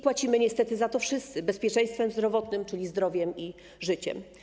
Płacimy niestety za to wszyscy bezpieczeństwem zdrowotnym, czyli zdrowiem i życiem.